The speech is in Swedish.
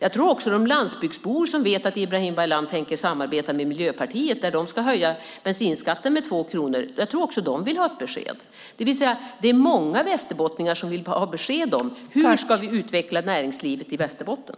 Jag tror också att de landsbygdsbor som vet att Ibrahim Baylan tänker samarbeta med Miljöpartiet, som ju vill höja bensinskatten med 2 kronor, vill ha ett besked. Det är alltså många västerbottningar som vill ha besked om hur vi ska utveckla näringslivet i Västerbotten.